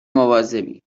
مواظبی